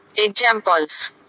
Examples